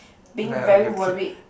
being very worried